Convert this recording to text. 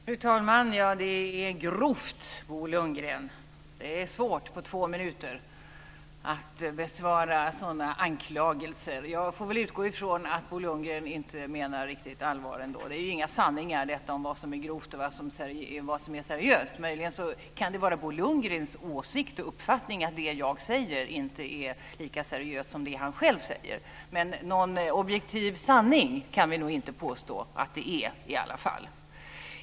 Fru talman! Det är grovt, Bo Lundgren. Det är svårt att på två minuter besvara sådana anklagelser. Jag får väl utgå från att Bo Lundgren inte menar riktigt allvar ändå. Det är inga sanningar om vad som är grovt och vad som är seriöst. Möjligen kan det vara Bo Lundgrens åsikt och uppfattning att det jag säger inte är lika seriöst som det han själv säger. Men någon objektiv sanning kan vi inte påstå att det är i alla fall.